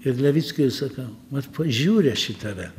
ir levickiui sakau vat pažiūriu aš į tave